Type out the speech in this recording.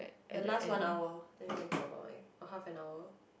the last one hour and we can talk about like a half an hour